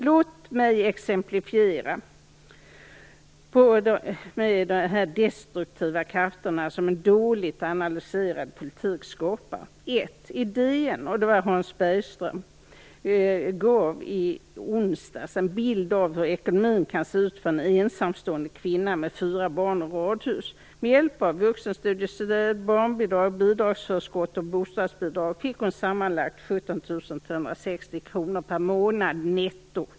Låt mig ge ett par exempel på de destruktiva krafter som en dåligt analyserad politik skapar. Det första exemplet är hämtat från onsdagens DN, där Hans Bergström gav en bild av hur ekonomin kan se ut för en ensamstående kvinna med fyra barn och radhus. Med hjälp av vuxenstudiestöd, barnbidrag, bidragsförskott och bostadsbidrag fick hon sammanlagt 17 360 kr per månad netto.